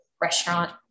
restaurant